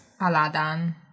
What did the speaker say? Aladdin